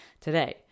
today